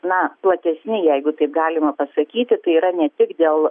na platesni jeigu taip galima pasakyti tai yra ne tik dėl